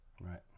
Right